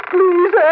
Please